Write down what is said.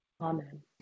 amen